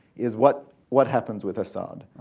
is what what happens with assad.